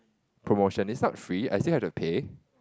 promotion is not free I still have to pay